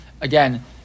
again